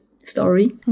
story